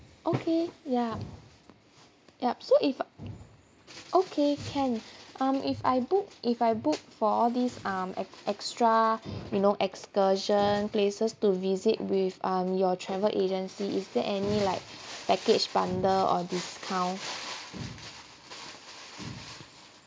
okay yup yup so if okay can um if I book if I book for all these um ex~ extra you know excursion places to visit with um your travel agency is there any like package bundle or discount